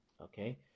okay